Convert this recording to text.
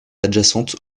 adjacente